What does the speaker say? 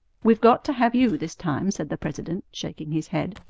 we've got to have you this time, said the president, shaking his head.